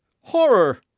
Horror